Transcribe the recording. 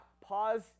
pause